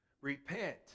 Repent